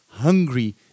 Hungry